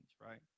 right